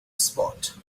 spot